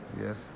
Yes